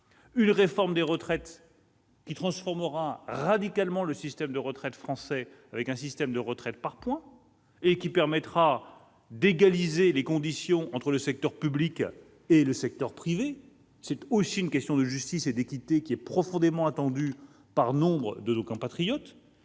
une réforme des retraites qui changera radicalement le système français, avec un système de retraite par points, et qui permettra d'égaliser les conditions entre le secteur public et le secteur privé, car c'est aussi une question de justice et d'équité profondément attendue par nombre de nos compatriotes